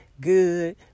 good